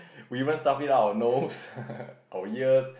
we even stuff it up our nose our ears